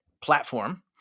platform